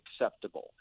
acceptable